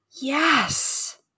Yes